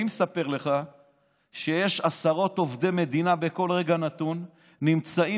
אני מספר לך שיש עשרות עובדי מדינה בכל רגע נתון שנמצאים